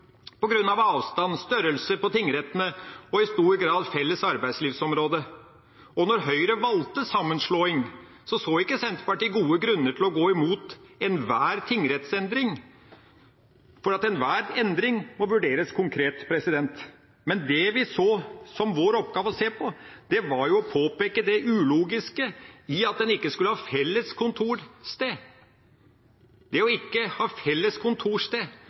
avstand, størrelse på tingrettene og i stor grad felles arbeidslivsområde. Når Høyre valgte sammenslåing, så ikke Senterpartiet gode grunner til å gå imot enhver tingrettsendring, for enhver endring må vurderes konkret. Det vi så som vår oppgave å se på, var å påpeke det ulogiske i at en ikke skulle ha felles kontorsted. Når en ikke skal ha felles kontorsted